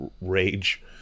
rage